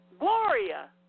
Gloria